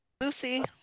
Lucy